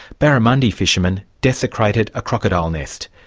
barramundi fishermen desecrated a crocodile nest.